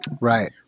Right